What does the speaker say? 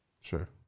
Sure